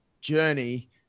journey